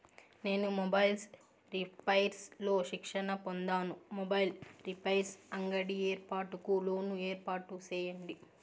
నేను mobiles repairs లో శిక్షణ పొందాను, మొబైల్ రిపైర్స్ అంగడి ఏర్పాటుకు లోను ఏర్పాటు సేయండి?